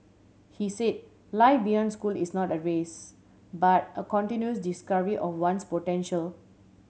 he say life beyond school is not a race but a continuous discovery of one's potential